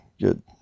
good